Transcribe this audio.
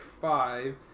five